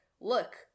look